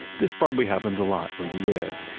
this probably happens a lot where you live.